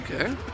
Okay